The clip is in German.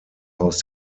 aus